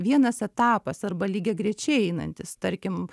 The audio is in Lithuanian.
vienas etapas arba lygiagrečiai einantis tarkim